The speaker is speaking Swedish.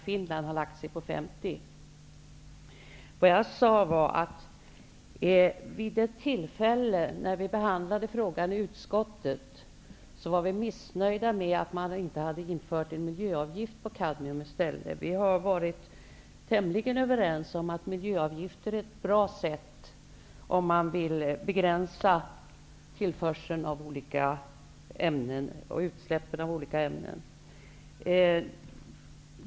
Finland har, som vi vet, bestämt sig för Vad jag sade var att vid det tillfälle då vi behandlade frågan i utskottet var vi missnöjda med att man inte hade infört en miljöavgift på kadmium i stället. Vi har varit tämligen överens om att miljöavgifter är ett bra sätt om man vill begränsa tillförseln och utsläppen av olika ämnen.